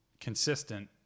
consistent